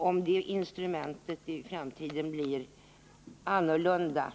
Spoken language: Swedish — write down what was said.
Om instrumenten för det i framtiden blir annorlunda